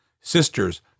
sisters